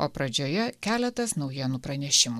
o pradžioje keletas naujienų pranešimų